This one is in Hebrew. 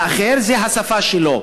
והאחר, זה השפה שלו,